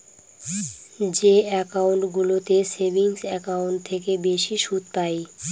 যে একাউন্টগুলোতে সেভিংস একাউন্টের থেকে বেশি সুদ পাই